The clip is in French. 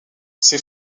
ces